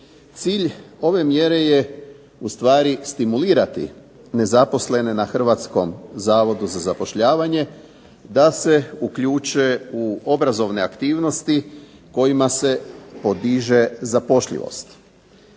Cilj ove mjere je ustvari stimulirati nezaposlene na Hrvatskom zavodu za zapošljavanje da se uključe u obrazovne aktivnosti kojima se podiže zapošljivost,